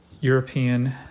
European